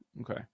Okay